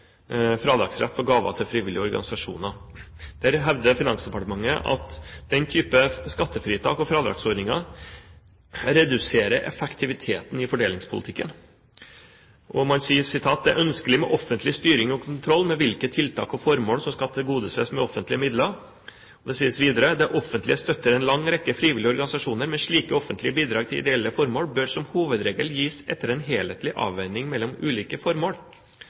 fradragsrett for gaver til frivillige organisasjoner. Der hevder Finansdepartementet at den type skattefritak og fradragsordninger reduserer effektiviteten i fordelingspolitikken. Og man sier: «Det er ønskelig med offentlig styring og kontroll med hvilke tiltak og formål som skal tilgodesees med offentlige midler.» Det sies videre: «Det offentlige støtter en lang rekke frivillige organisasjoner, men slike offentlige bidrag til ideelle formål bør som hovedregel gis etter en helhetlig avveining mellom ulike formål.»